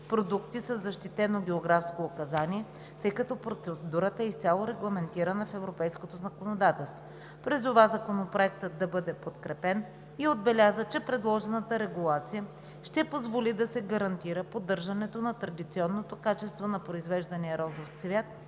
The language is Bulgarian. продукти със защитено географско указание, тъй като процедурата е изцяло регламентирана в европейското законодателство. Призова Законопроектът да бъде подкрепен и отбеляза, че предложената регулация ще позволи да се гарантира поддържането на традиционното качество на произвеждания розов цвят,